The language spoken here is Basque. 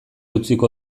utziko